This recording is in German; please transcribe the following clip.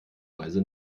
weise